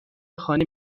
خانه